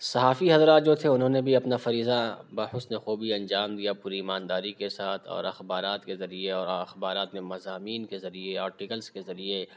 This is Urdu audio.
صحافی حضرات جو تھے اُنہوں نے بھی اپنا فریضہ بحُسنِ خوبی انجام دیا پوری ایمانداری کے ساتھ اور اخبارات کے ذریعے اور اخبارات میں مضامین کے ذریعے آرٹیکلس کے ذریعے